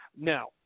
Now